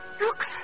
look